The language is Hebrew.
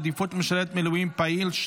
עדיפות למשרת מילואים פעיל),